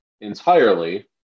entirely